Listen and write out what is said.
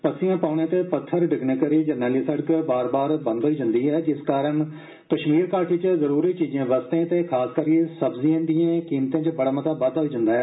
पस्सियां पौने ते पत्थर डिग्गने करि जरनैली सड़क बार बार बन्द होई जंदी ऐ जिस कारण कश्मीर घाटी च जरुरी चीजें बस्तें ते खास करि सब्जिएं दिएं कीमतें च बड़ा मता बाद्दा होई जंदा ऐ